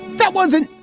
that was it.